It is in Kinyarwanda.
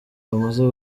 bamaze